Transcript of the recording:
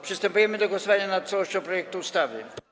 Przystępujemy do głosowania nad całością projektu ustawy.